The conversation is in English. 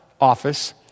office